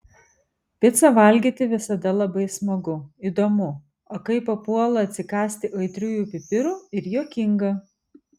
picą valgyti visada labai smagu įdomu o kai papuola atsikąsti aitriųjų pipirų ir juokinga